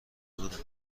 بودند